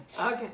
Okay